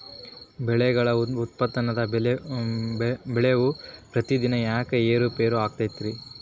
ಬೆಳೆಗಳ ಉತ್ಪನ್ನದ ಬೆಲೆಯು ಪ್ರತಿದಿನ ಯಾಕ ಏರು ಪೇರು ಆಗುತ್ತೈತರೇ?